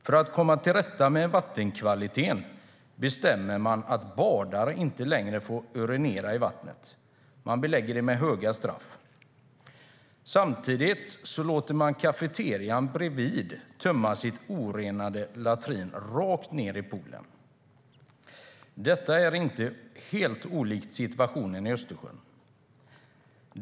För att komma till rätta med vattenkvaliteten bestämmer man att badare inte längre får urinera i vattnet och belägger det med höga straff. Samtidigt låter man kafeterian bredvid tömma sin orenade latrin rakt ned i poolen. Detta är inte helt olikt situationen i Östersjön.